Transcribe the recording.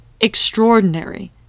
extraordinary